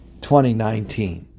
2019